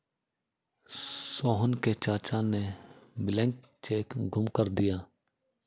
सोहन के चाचा ने ब्लैंक चेक गुम कर दिया